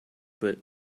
but